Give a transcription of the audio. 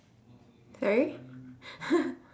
sorry